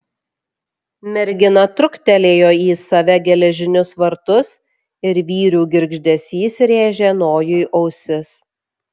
mergina truktelėjo į save geležinius vartus ir vyrių girgždesys rėžė nojui ausis